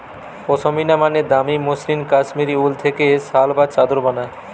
পশমিনা মানে দামি মসৃণ কাশ্মীরি উল থেকে শাল বা চাদর বানায়